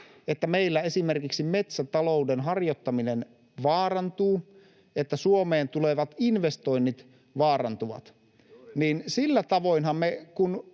että meillä esimerkiksi metsätalouden harjoittaminen vaarantuu, että Suomeen tulevat investoinnit vaarantuvat, niin sillä tavoinhan me,